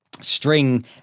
string